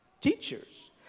teachers